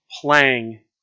playing